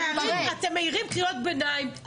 אתם מעירים קריאות ביניים.